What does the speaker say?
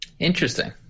Interesting